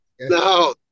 No